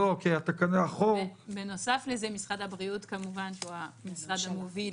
לא כי החוק --- בנוסף לזה משרד הבריאות כמובן שהוא המשרד המוביל